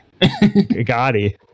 Gotti